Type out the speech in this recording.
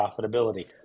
profitability